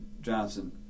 Johnson